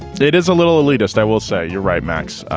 it is a little elitist. i will say you're right, max.